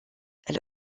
elle